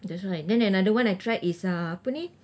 that's why then another one I tried is uh apa ni